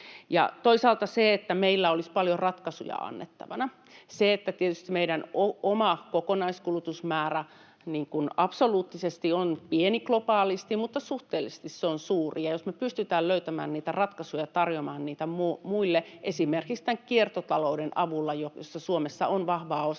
Toisaalta meillä olisi paljon ratkaisuja annettavana. Tietysti meidän oma kokonaiskulutusmäärä absoluuttisesti on globaalisti pieni, mutta suhteellisesti se on suuri, ja jos me pystytään löytämään niitä ratkaisuja, tarjoamaan niitä muille esimerkiksi kiertotalouden avulla, jossa Suomessa on vahvaa